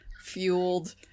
fueled